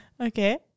Okay